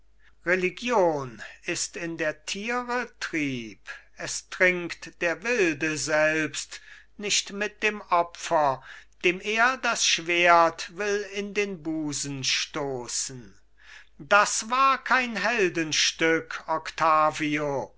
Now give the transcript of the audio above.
religion ist in der tiere trieb es trinkt der wilde selbst nicht mit dem opfer dem er das schwert will in den busen stoßen das war kein heldenstück octavio